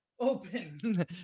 Open